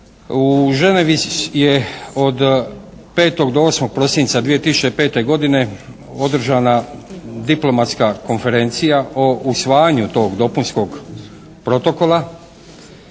U Ženevi je od 5. do 8. prosinca 2005. godine održana diplomatska konferencija o usvajanju tog dopunskog protokola,